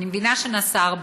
אני מבינה שנעשה הרבה,